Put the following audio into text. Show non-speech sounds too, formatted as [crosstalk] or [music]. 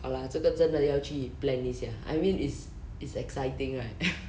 好啦这个真的要去 plan 一下 I mean it's it's exciting right [laughs]